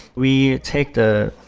we take the